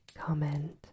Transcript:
comment